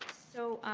so